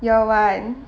year one